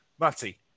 Matty